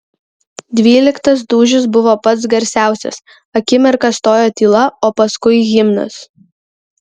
dvyliktas dūžis buvo pats garsiausias akimirką stojo tyla o paskui himnas